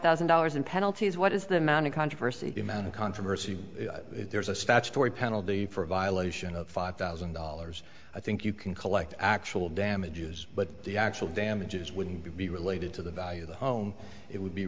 thousand dollars in penalties what is the amount of controversy the amount of controversy if there is a statutory penalty for a violation of five thousand dollars i think you can collect actual damages but the actual damages would be related to the value of the home it would be